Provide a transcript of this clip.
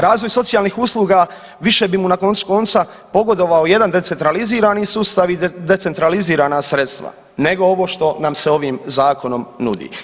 Razvoj socijalnih usluga više bi mu na koncu konca pogodovao jedan decentralizirani sustav i decentralizirana sredstva nego ovo što nam se ovim zakonom nudi.